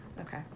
Okay